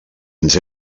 ens